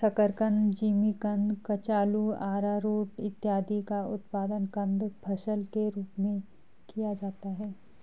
शकरकंद, जिमीकंद, कचालू, आरारोट इत्यादि का उत्पादन कंद फसल के रूप में किया जाता है